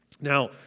Now